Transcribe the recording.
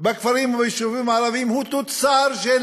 בכפרים וביישובים הערביים הוא תוצר של